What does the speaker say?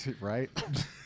Right